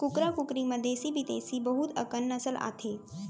कुकरा कुकरी म देसी बिदेसी बहुत अकन नसल आथे